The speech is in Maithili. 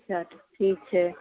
अच्छा ठीक छै